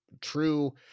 true